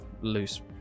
loose